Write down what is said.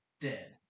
dead